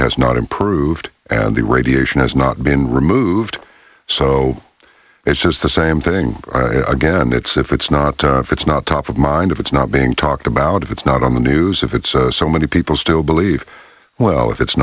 has not improved and the radiation has not been removed so it's just the same thing again it's if it's not it's not top of mind if it's not being talked about if it's not on the news if it's so many people still believe well if it's